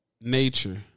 nature